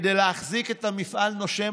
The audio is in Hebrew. כדי להחזיק את המפעל נושם,